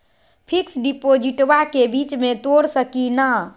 Fix डिपोजिटबा के बीच में तोड़ सकी ना?